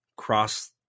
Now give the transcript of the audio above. cross